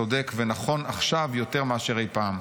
צודק ונכון עכשיו יותר מאשר אי פעם.